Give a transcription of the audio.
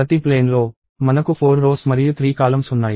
ప్రతి ప్లేన్ లో మనకు 4 రోస్ మరియు 3 కాలమ్స్ ఉన్నాయి